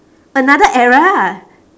another era